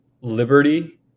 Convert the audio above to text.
liberty